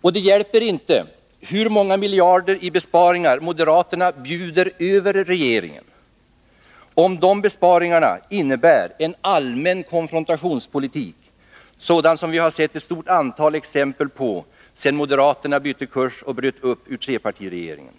Och det hjälper inte hur många miljarder i besparingar som moderaterna än bjuder över regeringen, om dessa besparingar innebär en sådan allmän konfrontationspolitik som vi har sett ett stort antal exempel på sedan moderaterna bytte kurs och bröt upp från trepartiregeringen.